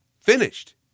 finished